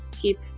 keep